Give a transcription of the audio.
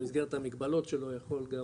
במסגרת המגבלות שלו יכול גם